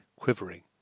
quivering